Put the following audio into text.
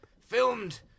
Filmed